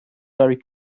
very